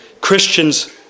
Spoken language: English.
Christians